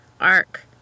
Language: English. arc